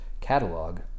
catalog